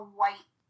white